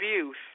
abuse